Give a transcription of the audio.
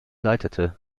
leitete